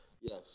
Yes